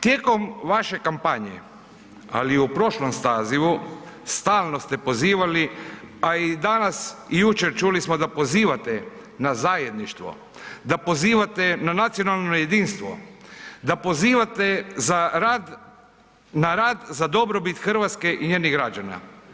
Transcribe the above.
Tijekom vaše kampanje ali i u prošlom sazivu, stalno ste pozivali a i danas i jučer čuli smo da pozivate na zajedništvo, da pozivate na nacionalno jedinstvo, da pozivate zna rad za dobrobit Hrvatske i njenih građana.